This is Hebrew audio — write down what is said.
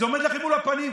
זה עומד לכם מול הפנים.